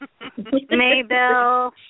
Maybell